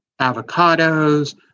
avocados